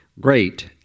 great